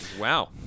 Wow